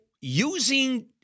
using